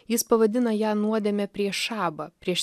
jis pavadina ją nuodėmę prieš šabą prieš